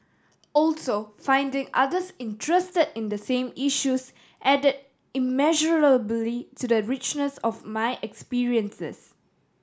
also finding others interested in the same issues add immeasurably to the richness of my experiences